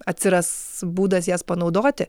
atsiras būdas jas panaudoti